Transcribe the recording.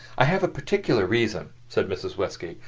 i have a particular reason, said mrs. westgate,